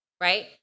right